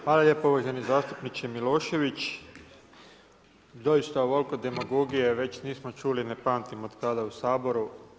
Hvala lijepo uvaženi zastupniče Milošević, doista ovoliko demagogije već nismo čuli, ne pamtim, od tada u Saboru.